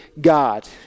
god